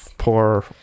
Poor